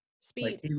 speed